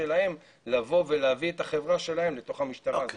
שלהם להביא את החברה שלהם לתוך המשטרה.